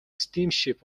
steamship